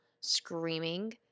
screaming